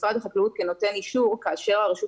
משרד החקלאות כנותן אישור כאשר הרשות